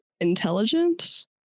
intelligence